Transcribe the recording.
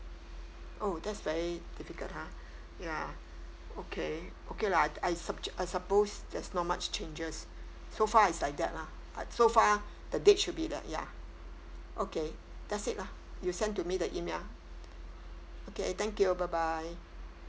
oh that's very difficult ha ya okay okay lah I I sub~ I suppose there's not much changes so far it's like that lah but so far the date should be the ya okay that's it lah you send to me the email okay thank you bye bye